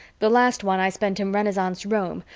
the last one i spent in renaissance rome,